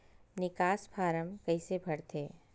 निकास फारम कइसे भरथे?